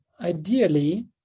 ideally